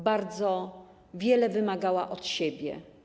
Bardzo wiele wymagała od siebie.